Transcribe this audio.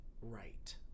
right